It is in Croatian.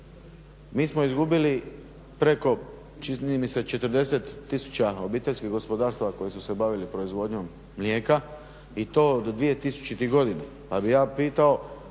Mi smo izgubili preko čini mi se 40000 obiteljskih gospodarstava koji su se bavili proizvodnjom mlijeka i to od 2000. godina, pa bih ja pitao